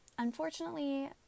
unfortunately